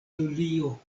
julio